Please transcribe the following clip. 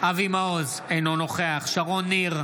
אבי מעוז, אינו נוכח שרון ניר,